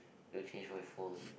to change my phone